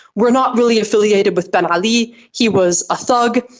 we are not really affiliated with ben ali, he was a thug.